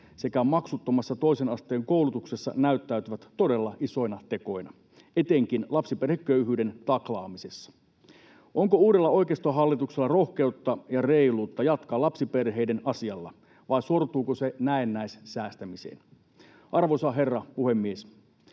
sekä maksuttomassa toisen asteen koulutuksessa näyttäytyvät todella isoina tekoina, etenkin lapsiperheköyhyyden taklaamisessa. Onko uudella oikeistohallituksella rohkeutta ja reiluutta jatkaa lapsiperheiden asialla, vai sortuuko se näennäissäästämiseen? Arvoisa herra puhemies!